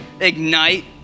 ignite